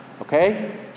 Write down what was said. okay